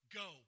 go